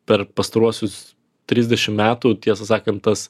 per pastaruosius trisdešim metų tiesą sakant tas